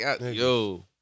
yo